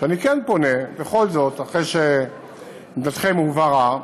שאני כן פונה, בכל זאת, אחרי שעמדתכם הובהרה,